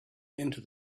into